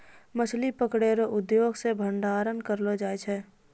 मछली पकड़ै रो उद्योग से भंडारण करलो जाय छै